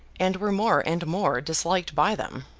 and were more and more disliked by them.